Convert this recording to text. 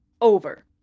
over